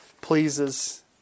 pleases